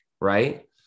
right